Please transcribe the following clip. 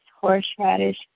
horseradish